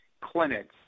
clinics